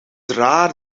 raar